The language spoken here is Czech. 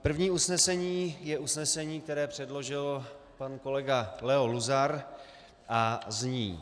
První usnesení je usnesení, které předložil pan kolega Leo Luzar, a zní: